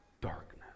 darkness